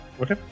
Okay